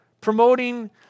promoting